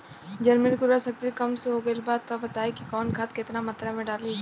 जमीन के उर्वारा शक्ति कम हो गेल बा तऽ बताईं कि कवन खाद केतना मत्रा में डालि?